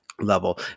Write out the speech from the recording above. level